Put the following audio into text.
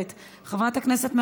חברת הכנסת ענת ברקו,